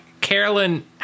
Carolyn